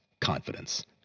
Confidence